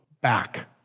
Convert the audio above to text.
back